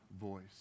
voice